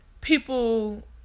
people